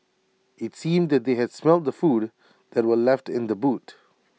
IT seemed that they had smelt the food that were left in the boot